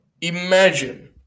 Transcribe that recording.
imagine